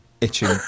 itching